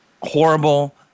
horrible